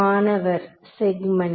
மாணவர் செக்மென்ட்